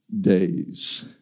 days